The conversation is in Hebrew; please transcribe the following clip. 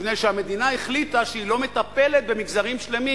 מפני שהמדינה החליטה שהיא לא מטפלת במגזרים שלמים,